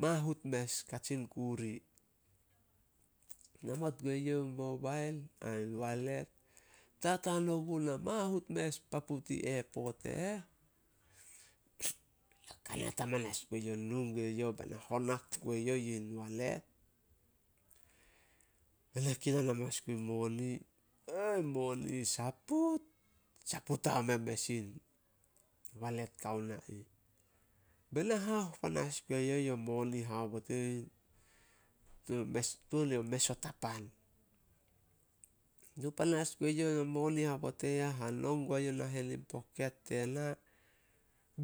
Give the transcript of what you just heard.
Mahut mes Katsinkuri. Namot gue youh walet, tataan ogunah mahut mes papu tin epot e eh. Kanat amanas gue youh, nu gue youh bena honak gue youh in walet, bena kinan amanas gun moni. Bena kinan amanas gun moni, moni saput. Saput haome mes wale kao na ih. Bena haoh panas gue youh yo moni aobot, tuan yo mes o tapan. Nu panas gue youh yo moni haobot i ih, hanok guai youh nahen in poket tena,